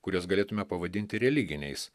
kuriuos galėtume pavadinti religiniais